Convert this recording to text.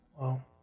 Wow